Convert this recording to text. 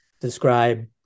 describe